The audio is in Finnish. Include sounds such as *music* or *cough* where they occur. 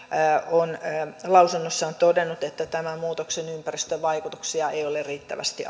on lausunnossaan todennut että tämän muutoksen ympäristövaikutuksia ei ole riittävästi *unintelligible*